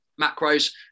macros